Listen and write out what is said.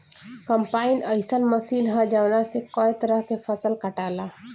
combine अइसन machine ह जवना से कए तरह के फसल कटाला